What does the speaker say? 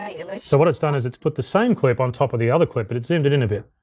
i mean so what it's done is it's put the same clip on top of the other clip, but it zoomed it in a bit.